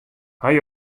hawwe